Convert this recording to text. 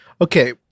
Okay